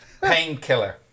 Painkiller